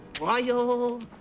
Royal